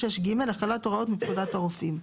26ג. החלת הוראות מפקודת הרופאים.